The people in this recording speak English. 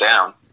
down